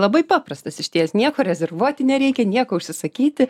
labai paprastas išties nieko rezervuoti nereikia nieko užsisakyti